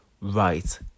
right